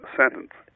sentence